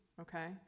okay